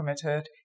committed